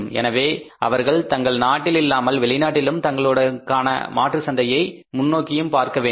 எனவே அவர்கள் தங்கள் நாட்டில் இல்லாமல் வெளிநாட்டிலும் தங்களுக்கான மாற்று சந்தையை முன்னோக்கியும் பார்க்க வேண்டும்